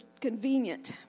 convenient